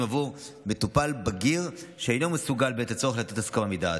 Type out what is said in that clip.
עבור מטופל בגיר שאינו מסוגל בעת הצורך לתת הסכמה מדעת,